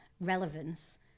relevance